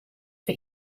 for